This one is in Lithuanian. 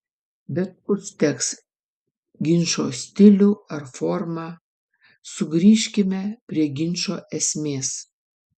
bet užteks apie ginčo stilių ar formą sugrįžkime prie ginčo esmės